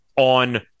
on